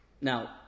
Now